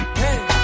hey